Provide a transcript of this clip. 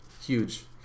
huge